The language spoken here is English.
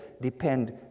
depend